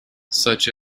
such